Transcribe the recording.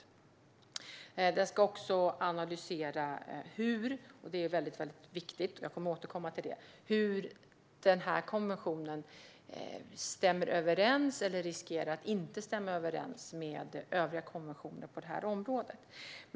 Utredningen ska också analysera hur - och det är väldigt viktigt; jag kommer att återkomma till det - konventionen stämmer överens eller riskerar att inte stämma överens med övriga konventioner på det här området.